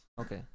Okay